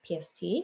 PST